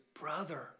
brother